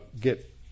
get